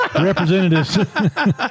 representatives